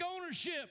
ownership